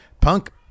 Punk